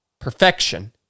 perfection